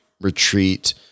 retreat